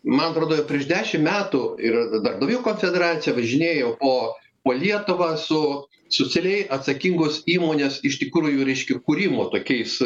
man atrodo jau prieš dešimt metų ir darbdavių konfederacija važinėjo po po lietuvą su socialiai atsakingos įmonės iš tikrųjų reiškia kūrimo tokiais